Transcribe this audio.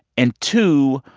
and two,